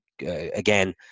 Again